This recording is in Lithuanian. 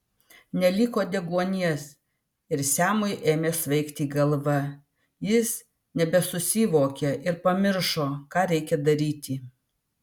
neliko deguonies ir semui ėmė svaigti galva jis nebesusivokė ir pamiršo ką reikia daryti